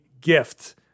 gift